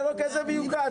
אתה לא כזה מיוחד,